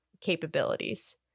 capabilities